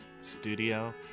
studio